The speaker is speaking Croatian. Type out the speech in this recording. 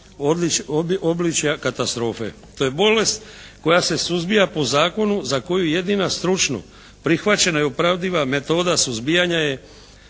obličja katastrofe. To je bolest koja se suzbija po zakonu za koju jedina stručno prihvaćena i opravdiva metoda suzbijanja je